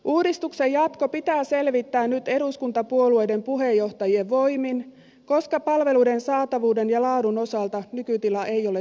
uudistuksen jatko pitää selvittää nyt eduskuntapuolueiden puheenjohtajien voimin koska palveluiden saatavuuden ja laadun osalta nykytila ei ole tyydyttävä